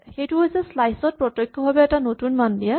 সেইটো হৈছে স্লাইচ ত প্ৰত্যক্ষভাৱে এটা নতুন মান দিয়াটো